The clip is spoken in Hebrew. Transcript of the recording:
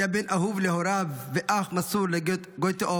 היה בן אהוב להוריו ואח מסור לגטהום,